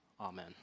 Amen